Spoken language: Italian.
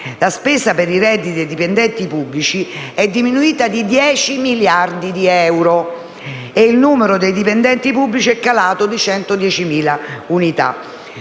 la spesa per i redditi dei dipendenti pubblici è diminuita di 10 miliardi di euro e il numero dei dipendenti pubblici è calato di 110.000 unità.